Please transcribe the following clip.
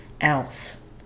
else